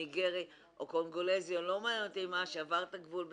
ניגריה או קונגולזי שעבר את הגבול בסיני,